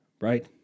Right